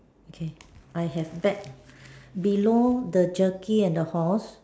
okay I have tap below the jerky and the horse